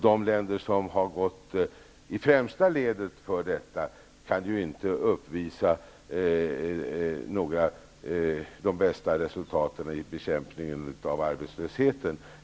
De länder som har gått i främsta ledet för detta kan inte uppvisa de bästa resultaten när det gäller bekämpningen av arbetslösheten.